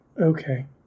Okay